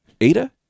Ada